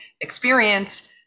experience